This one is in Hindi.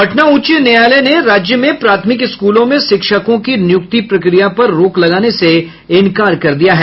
पटना उच्च न्यायालय ने राज्य में प्राथमिक स्कूलों में शिक्षकों की निय्रक्ति प्रक्रिया पर रोक लगाने से इंकार कर दिया है